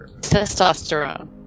testosterone